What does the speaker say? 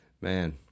Man